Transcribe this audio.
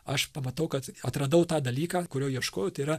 aš pamatau kad atradau tą dalyką kurio ieškojau tai yra